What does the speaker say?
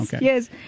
Yes